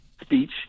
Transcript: speech